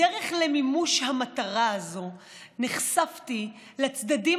בדרך למימוש המטרה הזו נחשפתי לצדדים